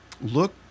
look